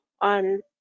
on